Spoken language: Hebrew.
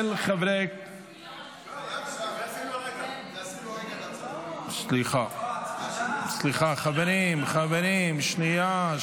של חברי הכנסת ------ סליחה חברים, שנייה,